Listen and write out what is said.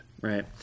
Right